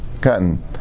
cotton